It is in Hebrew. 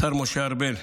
השר משה ארבל.